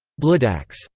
bloodaxe.